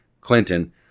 Clinton